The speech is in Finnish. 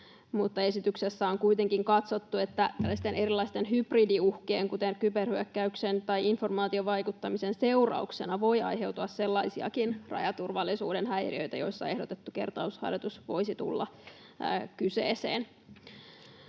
esityksessä on kuitenkin katsottu, että tällaisten erilaisten hybridiuhkien, kuten kyberhyökkäyksen tai informaatiovaikuttamisen, seurauksena voi aiheutua sellaisiakin rajaturvallisuuden häiriöitä, joissa ehdotettu kertausharjoitus voisi tulla kyseeseen.